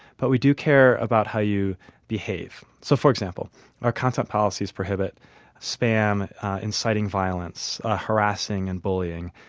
but we do care about how you behave. so for example our content policies prohibit spam inciting violence, ah harassing and bullying.